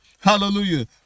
hallelujah